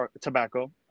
tobacco